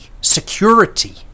security